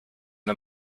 her